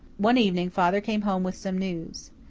one evening father came home with some news.